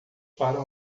para